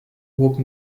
groupe